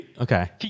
okay